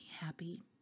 happy